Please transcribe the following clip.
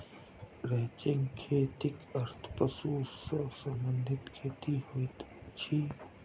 ranching खेतीक अर्थ पशु सॅ संबंधित खेती होइत अछि